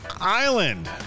Island